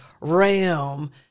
realm